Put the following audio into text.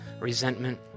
resentment